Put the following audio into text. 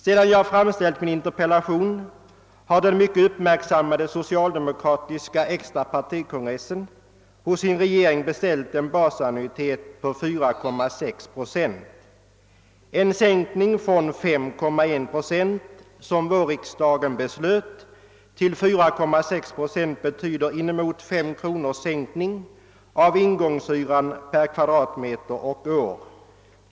Sedan jag framställde min interpellation har den mycket uppmärksammade socialdemokratiska extra partikongressen hos sin regering beställt en basannuitet på 4,6 procent. En sänkning från 5,1 procent, som vårriksdagen beslöt, till 4,6 procent betyder inemot 5 kronors sänkning av ingångshyran per kvadratmeter och år.